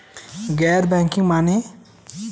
गैर बैंकिंग माने?